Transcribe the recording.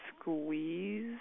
squeeze